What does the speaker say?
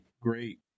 great